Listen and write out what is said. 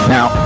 Now